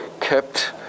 kept